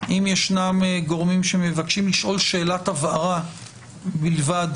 אם ישנם גורמים שמבקשים לשאול שאלת הבהרה בלבד